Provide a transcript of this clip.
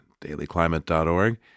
dailyclimate.org